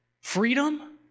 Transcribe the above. freedom